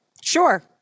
Sure